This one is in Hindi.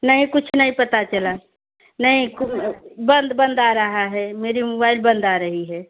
नहीं कुछ नहीं पता चला नहीं कु बंद बंद आ रहा है मेरी मुबाइल बंद आ रही है